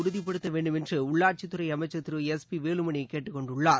உறுதிப்படுத்தவேண்டும் என்றுடள்ளாட்சித்துறைஅமைச்சர் எஸ் திரு பிவேலுமணிகேட்டுக்கொண்டுள்ளார்